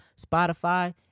Spotify